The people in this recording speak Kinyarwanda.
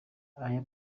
aya